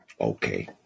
Okay